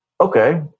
Okay